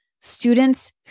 Students